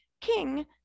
King